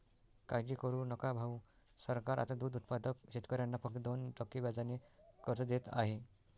काळजी करू नका भाऊ, सरकार आता दूध उत्पादक शेतकऱ्यांना फक्त दोन टक्के व्याजाने कर्ज देत आहे